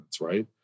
right